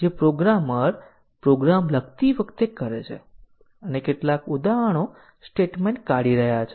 હવે આગળનો પ્રશ્ન એ છે કે કવરેજ આધારિત ટેસ્ટીંગ કેવી રીતે કરવામાં આવે છે